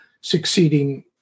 succeeding